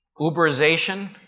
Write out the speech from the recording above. Uberization